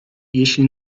jeśli